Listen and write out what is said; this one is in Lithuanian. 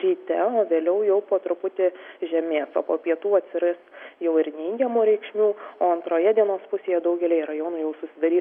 ryte o vėliau jau po truputį žemės o po pietų atsiras jau ir neigiamų reikšmių o antroje dienos pusėje daugelyje rajonų jau susidarys